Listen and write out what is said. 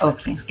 Okay